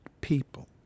people